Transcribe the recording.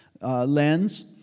lens